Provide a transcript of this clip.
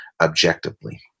objectively